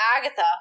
Agatha